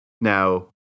Now